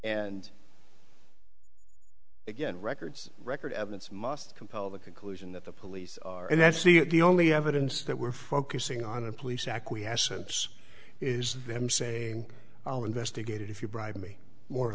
and again records record evidence must compel the conclusion that the police are and that's the only evidence that we're focusing on a police acquiescence is them saying i'll investigate it if you bribe me more or